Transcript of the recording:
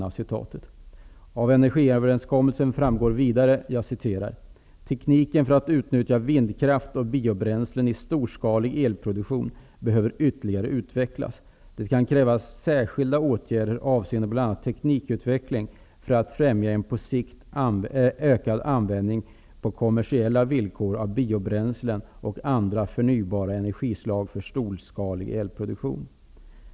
Av energiöverenskommelsen framgår också: ''Tekniken för att utnyttja vindkraft och biobränslen i storskalig elproduktion behöver ytterligare utvecklas. Det kan krävas särskilda åtgärder avseende bl.a. teknikutveckling för att främja en på sikt ökad användning på kommersiella villkor av biobränslen och andra förnybara energislag för storskalig elproduktion.''